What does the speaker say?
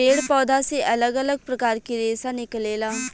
पेड़ पौधा से अलग अलग प्रकार के रेशा निकलेला